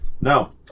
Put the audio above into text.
No